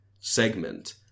segment